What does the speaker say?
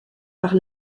par